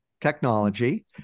technology